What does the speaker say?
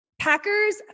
Packers